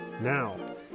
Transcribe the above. Now